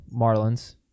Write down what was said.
Marlins